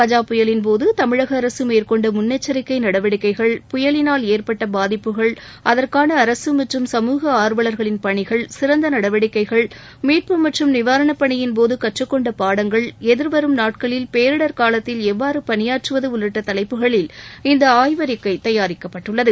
கஜா புயலின் போது தமிழக அரசு மேற்கொண்ட முன்னெச்சரிக்கை நடவடிக்கைகள் புயலினால் ஏற்பட்ட பாதிப்புகள் அதற்கான அரசு மற்றும் சமூக ஆர்வலர்களின் பணிகள் சிறந்த நடவடிக்கைகள் மீட்பு மற்றும் நிவாரணப் பணியின் போது கற்றுக்கொண்ட பாடங்கள் எதிர்வரும் நாட்களில் பேரிடர் காலத்தில் எவ்வாறு பணியாற்றுவது உள்ளிட்ட தலைப்புகளில் இந்த ஆய்வறிக்கை தயாரிக்கப்பட்டுள்ளது